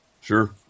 Sure